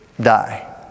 die